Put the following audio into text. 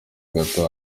gato